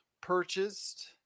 purchased